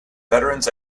veterans